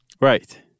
Right